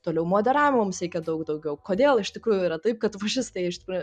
toliau moderavimo mums reikia daug daugiau kodėl iš tikrųjų yra taip kad fašistai iš tikrųjų